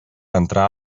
entrar